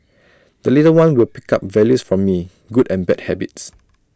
the little one will pick up values from me good and bad habits